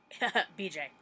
BJ